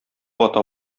ата